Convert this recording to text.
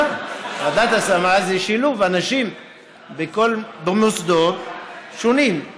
ועדת השמה זה שילוב אנשים במוסדות שונים,